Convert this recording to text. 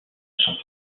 sont